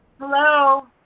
Hello